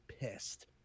pissed